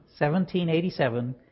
1787